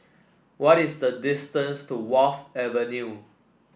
what is the distance to Wharf Avenue